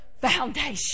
foundation